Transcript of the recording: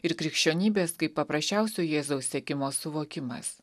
ir krikščionybės kaip paprasčiausio jėzaus sekimo suvokimas